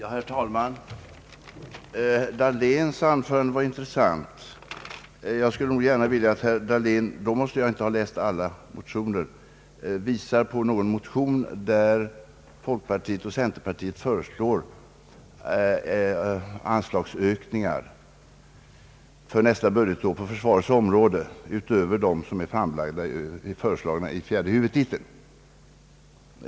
Herr talman! Herr Dahléns anförande var intressant. Jag skulle gärna vilja att herr Dahlén visar på någon motion — jag måtte inte ha läst alla — där folkpartiet och centerpartiet föreslår anslagsökningar för nästa budgetår på försvarets område utöver dem som är föreslagna i fjärde huvudtiteln.